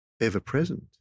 ever-present